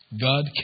God